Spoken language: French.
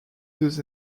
deux